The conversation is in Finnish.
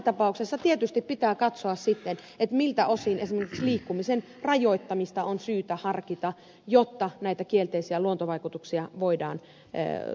ääritapauksessa tietysti pitää katsoa miltä osin esimerkiksi liikkumisen rajoittamista on syytä harkita jotta näitä kielteisiä luontovaikutuksia voidaan torjua